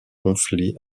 conflit